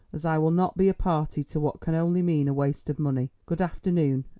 as i will not be a party to what can only mean a waste of money. good afternoon,